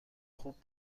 خوب